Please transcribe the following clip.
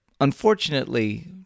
Unfortunately